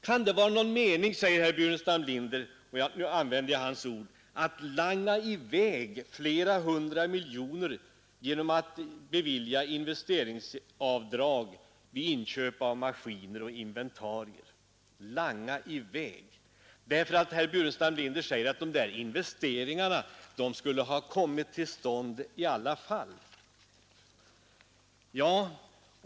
Kan det vara någon mening, säger herr Burenstam Linder — nu använder jag hans ord — att langa i väg flera hundra miljoner kronor genom att bevilja investeringsavdrag vid inköp av maskiner och inventarier? Jag vänder mig mot uttrycket ”langa i väg”. Herr Burenstam Linder sade att investeringarna skulle ha kommit till stånd i alla fall.